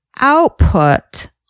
output